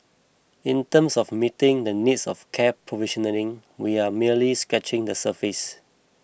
in terms of meeting the needs of care provisioning we are merely scratching the surface